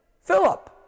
Philip